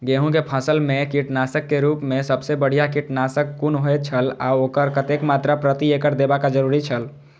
गेहूं के फसल मेय कीटनाशक के रुप मेय सबसे बढ़िया कीटनाशक कुन होए छल आ ओकर कतेक मात्रा प्रति एकड़ देबाक जरुरी छल?